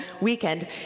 weekend